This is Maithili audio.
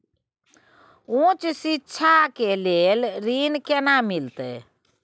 उच्च शिक्षा के लेल ऋण केना मिलते?